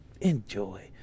enjoy